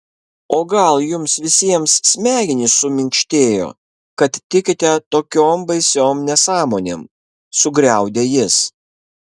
o gal jums visiems smegenys suminkštėjo kad tikite tokiom baisiom nesąmonėm sugriaudė jis